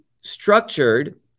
structured